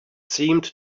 seemed